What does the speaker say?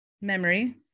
memory